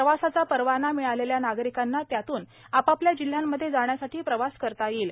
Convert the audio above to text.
प्रवासाचा परवाना मिळालेल्या नागरिकांना त्यातून आपापल्या जिल्ह्यांमध्ये जाण्यासाठी प्रवास करता येईल